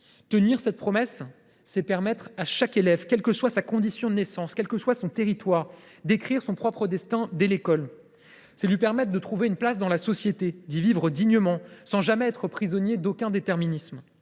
Tenir cette promesse, c’est permettre à chaque élève, quelle que soit sa condition de naissance, quel que soit son territoire, d’écrire son propre destin dès l’école. C’est lui permettre de trouver une place dans la société, d’y vivre dignement, sans jamais être prisonnier d’aucun déterminisme.